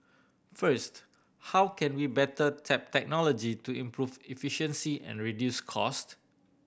first how can we better tap technology to improve efficiency and reduce cost